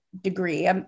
degree